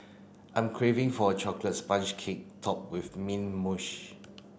I am craving for a chocolate sponge cake topped with mint